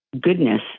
goodness